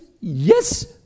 Yes